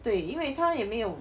对因为它也没有